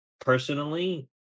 personally